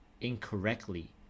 incorrectly